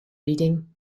reading